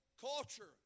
culture